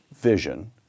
vision